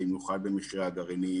במיוחד במחירי הגרעינים,